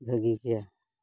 ᱵᱷᱟᱹᱜᱤ ᱜᱮᱭᱟ